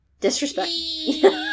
Disrespect